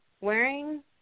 Wearing